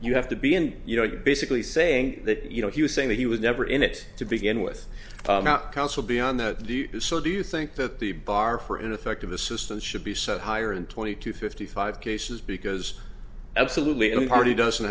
you have to be and you know you're basically saying that you know he was saying that he was never in it to begin with not counsel beyond the sort do you think that the bar for ineffective assistance should be set higher in twenty to fifty five cases because absolutely in part he doesn't